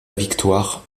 victoire